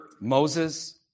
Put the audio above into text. Moses